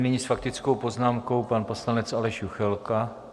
Nyní s faktickou poznámkou pan poslanec Aleš Juchelka.